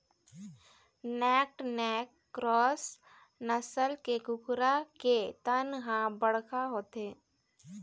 naked neck cross नसल के कुकरा के तन ह बड़का होथे